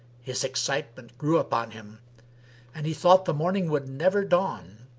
his excitement grew upon him and he thought the morning would never dawn.